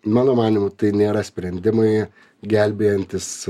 mano manymu tai nėra sprendimai gelbėjantys